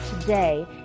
today